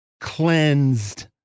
cleansed